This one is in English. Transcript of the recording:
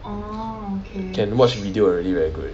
can watch video already very good already